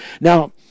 Now